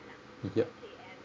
yup